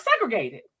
segregated